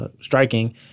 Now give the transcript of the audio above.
striking